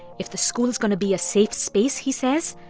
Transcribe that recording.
if the school is going to be a safe space, he says,